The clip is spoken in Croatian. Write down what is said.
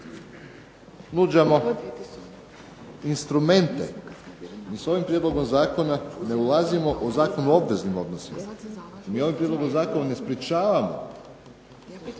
nudimo instrumente, mi s ovim prijedlogom zakona ne ulazimo u Zakon o obveznim odnosima, mi ovim prijedlogom zakona ne sprječavamo